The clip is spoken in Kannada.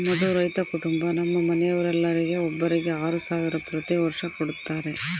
ನಮ್ಮದು ರೈತ ಕುಟುಂಬ ನಮ್ಮ ಮನೆಯವರೆಲ್ಲರಿಗೆ ಒಬ್ಬರಿಗೆ ಆರು ಸಾವಿರ ಪ್ರತಿ ವರ್ಷ ಕೊಡತ್ತಾರೆ